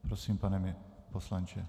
Prosím, pane poslanče.